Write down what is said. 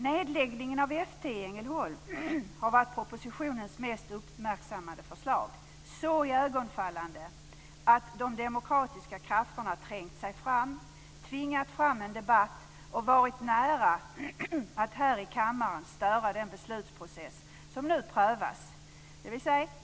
Nedläggningen av F 10 i Ängelholm har varit propositionens mest uppmärksammade förslag - så iögonfallande att de demokratiska krafterna trängt sig fram, tvingat fram en debatt och varit nära att här i kammaren störa den beslutsprocess som nu prövas.